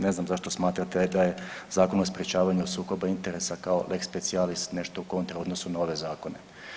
Ne znam zašto smatrate da je Zakon o sprječavanju sukoba interesa kao lex specialis nešto kontra u odnosu na ove zakone.